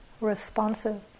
responsive